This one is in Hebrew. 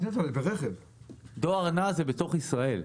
דואר נע זה בתוך ישראל.